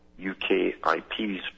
UKIP's